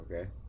okay